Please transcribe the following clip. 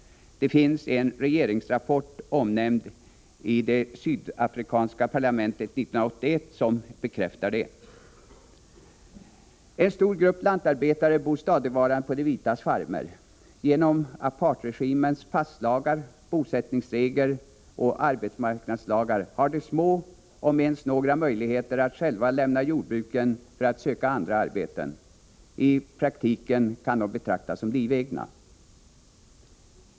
En regeringsrapport omnämnd i det sydafrikanska parlamentet 1981 bekräftar detta. En stor grupp lantarbetare bor stadigvarande på de vitas farmer. Genom apartheidregimens passlagar, bosättningsregler och arbetsmarknadslagar har de små, om ens några, möjligheter att själva lämna jordbruken för att söka andra arbeten. I praktiken kan de betraktas som livegna.